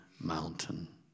mountain